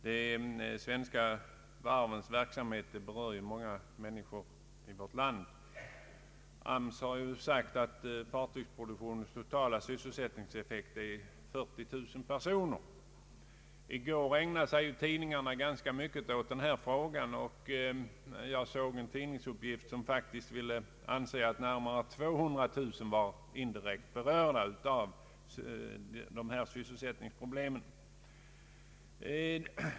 Herr talman! De svenska varvens verksamhet berör ju många människor i vårt land. AMS har sagt att fartygsproduktionens totala sysselsättningseffekt är 40000 personer. I går ägnade sig tidningarna ganska mycket åt denna fråga, och jag såg en tidningsuppgift att närmare 200 000 personer var indi rekt berörda av dessa sysselsättningsproblem.